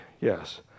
yes